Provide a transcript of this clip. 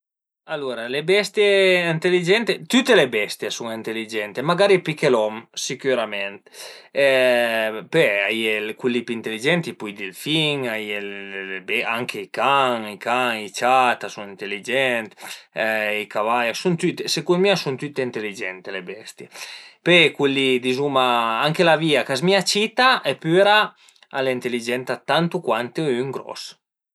Alura le bestie ënteligente, tüte le bestie a sun ënteligente, magari pi che l'om sicürament, pöi a ie cul li pi ënteligent tipu ël delfin, anche i can i can, i ciat a sun ënteligent, i cavai, secund mi a sun tüte ënteligente le bestie. Pöi a ie cul li dizuma anche l'avìa ch'a zmìa cita epüra al e ënteligenta tantu cuantu ün gros